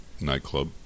nightclub